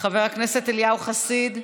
חבר הכנסת אליהו חסיד,